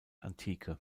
antike